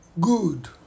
good